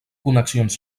connexions